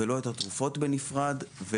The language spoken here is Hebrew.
לא התרופות בנפרד,